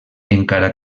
encara